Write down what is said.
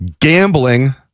gambling